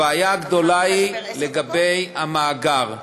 הבעיה הגדולה היא לגבי המאגר,